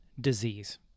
disease